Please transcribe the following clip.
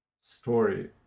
story